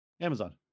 amazon